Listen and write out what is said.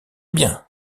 bien